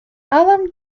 adam